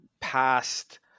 past